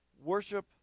worship